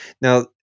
Now